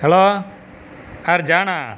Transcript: hello யார் ஜானா